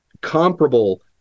comparable